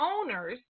owners